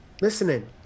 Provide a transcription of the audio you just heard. listening